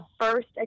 first